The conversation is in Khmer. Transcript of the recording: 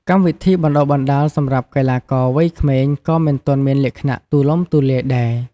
កម្មវិធីបណ្តុះបណ្តាលសម្រាប់កីឡាករវ័យក្មេងក៏មិនទាន់មានលក្ខណៈទូលំទូលាយដែរ។